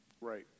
Right